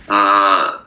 err